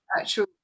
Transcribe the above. actual